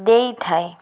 ଦେଇଥାଏ